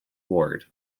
ward